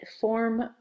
form